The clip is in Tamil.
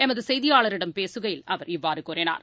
எமதுசெய்தியாளரிடம் பேசுகையில் அவர் இவ்வாறுகூறினார்